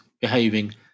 behaving